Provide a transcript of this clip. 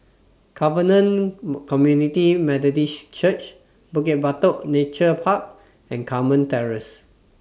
Covenant Community Methodist Church Bukit Batok Nature Park and Carmen Terrace